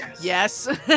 Yes